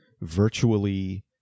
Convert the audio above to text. virtually